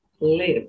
live